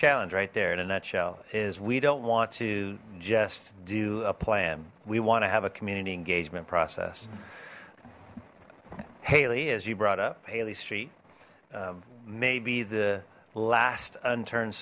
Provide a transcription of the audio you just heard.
challenge right there in a nutshell is we don't want to just do a plan we want to have a community engagement process haylee as you brought up haley street maybe the last unturned